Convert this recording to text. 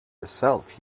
herself